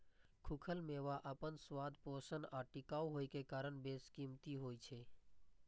खूखल मेवा अपन स्वाद, पोषण आ टिकाउ होइ के कारण बेशकीमती होइ छै